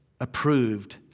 approved